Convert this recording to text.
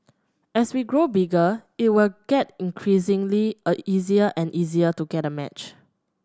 as we grow bigger it will get increasingly a easier and easier to get a match